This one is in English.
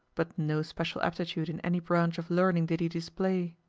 but no special aptitude in any branch of learning did he display.